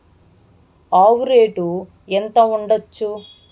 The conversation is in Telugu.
ఆవు రేటు ఎంత ఉండచ్చు?